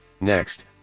next